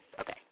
okay